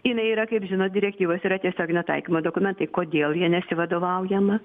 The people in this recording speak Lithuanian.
jinai yra kaip žinot direktyvos yra tiesioginio taikymo dokumentai kodėl ja nesivadovaujama